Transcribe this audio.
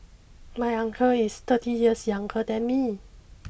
my uncle is thirty years younger than me